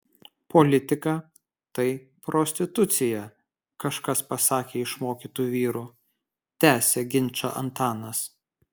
politika tai prostitucija kažkas pasakė iš mokytų vyrų tęsia ginčą antanas